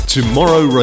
Tomorrow